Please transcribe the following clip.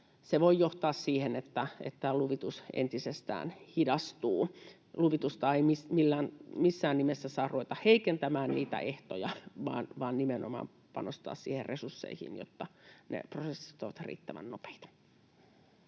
voi johtaa siihen, että luvitus entisestään hidastuu. Luvitusta ei missään nimessä saa ruveta heikentämään, niitä ehtoja, vaan nimenomaan panostaa resursseihin, jotta prosessit ovat riittävän nopeita.